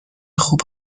خوب